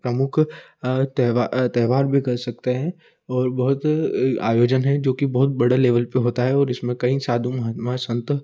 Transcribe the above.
प्रमुख त्यौहार भी कह सकते हैं और बहुत आयोजन है जो कि बहुत बड़े लेवल पर होता है और इसमें कई साधु महात्मा संत